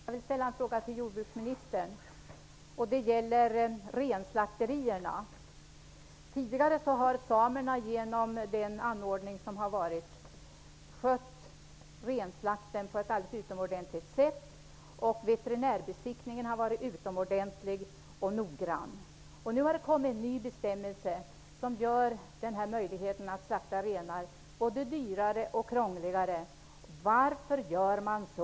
Fru talman! Jag vill ställa en fråga om renslakterierna till jordbruksministern. Tidigare har samerna, genom den anordning man har haft, skött renslakten på ett alldeles utomordentligt sätt. Veterinärbesiktningen har varit utomordentlig och noggrann. Nu har det kommit en ny bestämmelse, som gör möjligheten att slakta renar både dyrare och krångligare. Varför gör man så?